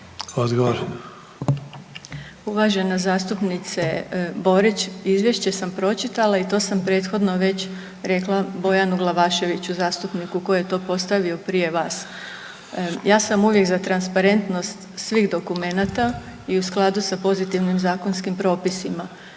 (HDZ)** Uvažena zastupnice Borić, izvješće sam pročitala i to sam prethodno već rekla Bojanu Glavaševiću, zastupniku koji je to postavio prije vas. Ja sam uvijek za transparentnost svih dokumenata i u skladu sa pozitivnim zakonskim propisima.